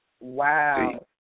Wow